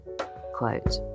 quote